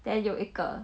then 有一个